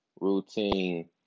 routine